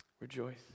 Rejoice